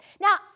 Now